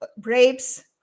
rapes